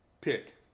pick